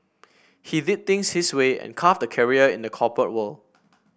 he did things his way and carved the career in the corporate world